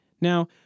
Now